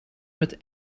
met